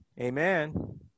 Amen